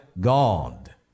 God